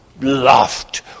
laughed